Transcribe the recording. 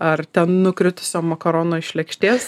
ar ten nukritusio makarono iš lėkštės